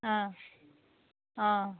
অঁ অঁ